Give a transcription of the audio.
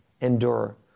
endure